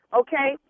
okay